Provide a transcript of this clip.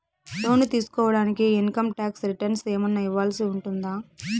లోను తీసుకోడానికి income tax returns ఏమన్నా ఇవ్వాల్సి ఉంటుందా